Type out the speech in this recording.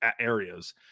areas